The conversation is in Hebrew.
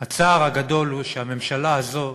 הצער הגדול הוא שהממשלה הזאת